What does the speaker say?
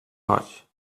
chać